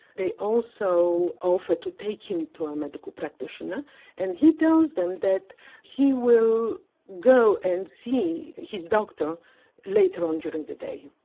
they also offer to take him to a medical practitioner and he tells them that he will go and see his doctor later on during the day.